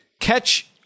catch